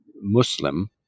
Muslim